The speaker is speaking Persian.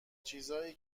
چیزای